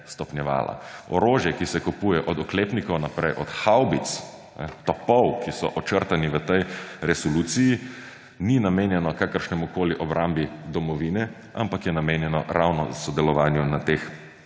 stopnjevala. Orožje, ki se kupuje, od oklepnikov naprej, od havbic, topov, ki so očrtani v tej resoluciji, ni namenjeno kakršnikoli obrambi domovine, ampak je namenjeno ravno sodelovanju na teh